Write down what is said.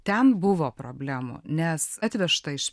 ten buvo problemų nes atvežtą